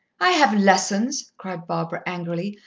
i have lessons, cried barbara angrily.